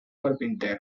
carpintero